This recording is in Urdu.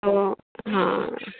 تو ہاں